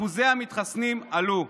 אחוזי המתחסנים עלו.